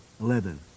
Eleven